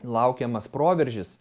laukiamas proveržis